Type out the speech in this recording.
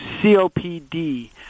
COPD